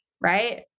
right